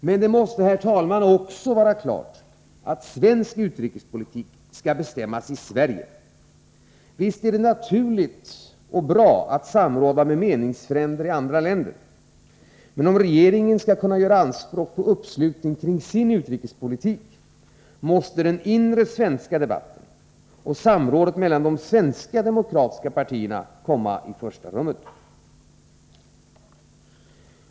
Men det måste, herr talman, också vara klart att svensk utrikespolitik skall bestämmas i Sverige. Visst är det naturligt och bra att samråda med meningsfränder i andra länder. Men om regeringen skall kunna göra anspråk på uppslutning kring sin utrikespolitik måste den inre svenska debatten och samrådet mellan de svenska demokratiska partierna komma i första rummet.